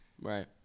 Right